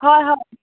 হয় হয়